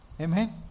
amen